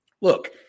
look